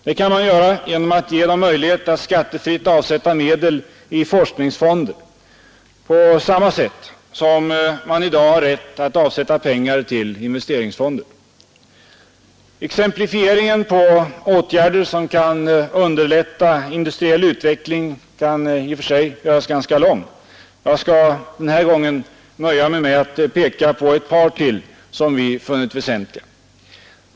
Det kan man göra genom att ge dem möjlighet att skattefritt avsätta medel i forskningsfonder på samma sätt som de i dag har rätt att avsätta pengar till investeringsfonder. Listan över åtgärder som kan underlätta industriell utveckling kan göras lång. Jag skall den här gången nöja mig med att peka på ett par till som vi funnit väsentliga.